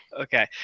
Okay